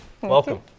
welcome